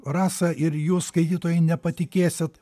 rasa ir jūs skaitytojai nepatikėsit